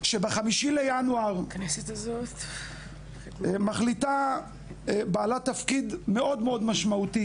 שב-5 בינואר מחליטה בעלת תפקיד מאוד משמעותי